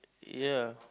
ya